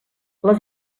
les